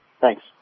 thanks